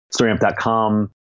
StoryAmp.com